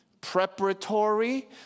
Preparatory